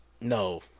no